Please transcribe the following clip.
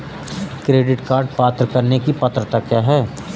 Credit card प्राप्त करने की पात्रता क्या है?